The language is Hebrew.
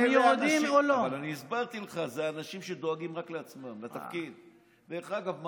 אני אגיד לך מה